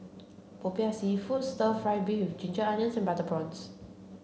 Popiah seafood stir fry beef with ginger onions and butter prawns